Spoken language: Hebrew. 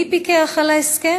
4. מי פיקח על ההסכם?